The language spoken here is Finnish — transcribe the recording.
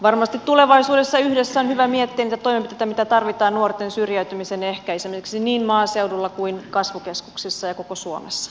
varmasti tulevaisuudessa yhdessä on hyvä miettiä niitä toimenpiteitä mitä tarvitaan nuorten syrjäytymisen ehkäisemiseksi niin maaseudulla kuin kasvukeskuksissa ja koko suomessa